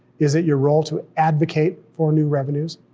is it your role to advocate for new revenues?